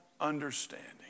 understanding